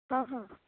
हं हं